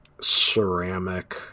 ceramic